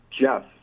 Jeff